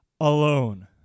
alone